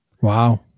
wow